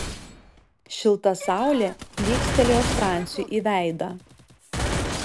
šilta saulė plykstelėjo franciui į veidą